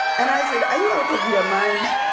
and i said, are you out of your mind?